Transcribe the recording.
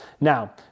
Now